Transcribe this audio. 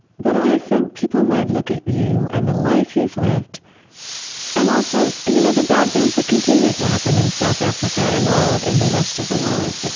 but i think people might look at you and the life you've lived and also, you know, the bad things that continue to happen in south africa and all the rest of the world,